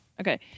Okay